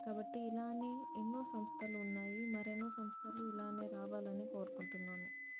కాబట్టి ఇలానే ఎన్నో సంస్థలు ఉన్నాయి మరెన్నో సంస్థలు ఇలానే రావాలని కోరుకుంటున్నాను